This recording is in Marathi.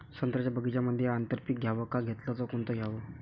संत्र्याच्या बगीच्यामंदी आंतर पीक घ्याव का घेतलं च कोनचं घ्याव?